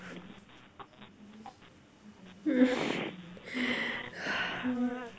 hmm